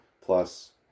plus